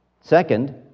Second